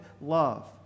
love